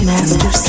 Master